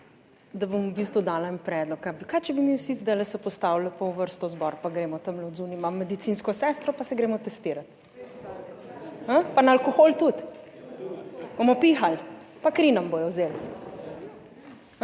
da bom v bistvu dala en predlog. Ampak kaj, če bi mi vsi zdaj se postavili pa v vrsto zbor, pa gremo tam od zunaj imam medicinsko sestro, pa se gremo testirat, pa na alkohol tudi, bomo pihali, pa kri nam bodo vzeli,...